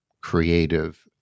creative